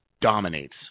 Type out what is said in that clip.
dominates